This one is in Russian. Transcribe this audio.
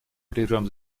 прервем